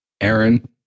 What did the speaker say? Aaron